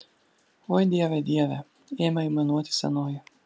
oi dieve dieve ėmė aimanuoti senoji